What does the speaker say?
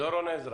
דורון עזרא.